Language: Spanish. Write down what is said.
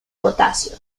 potasio